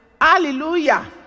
hallelujah